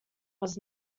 was